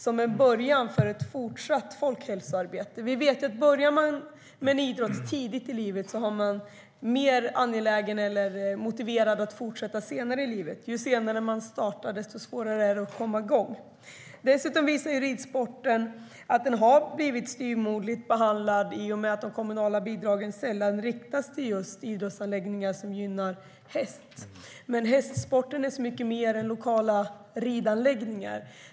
Det är början till ett folkhälsoarbete. Vi vet att om man börjar tidigt med en idrott är man mer angelägen eller motiverad att fortsätta senare i livet. Ju senare man startar, desto svårare är det att komma igång. Att ridsporten blir styvmoderligt behandlad framgår av att de kommunala bidragen sällan riktas till idrottsanläggningar som gynnar häst. Men hästsporten är så mycket mer än lokala ridanläggningar.